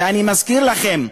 ואני מזכיר לכם,